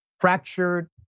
fractured